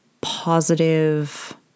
positive